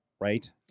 right